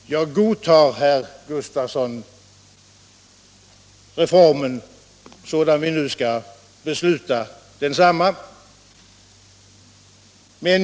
Herr talman! Jag godtar, herr Gustafsson i Barkarby, reformen sådan vi nu skall besluta om den.